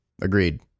agreed